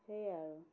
সেই আৰু